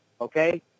Okay